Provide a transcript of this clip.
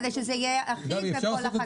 כדי שזה יהיה אחיד בכל החקיקה.